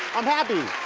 i'm happy,